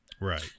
Right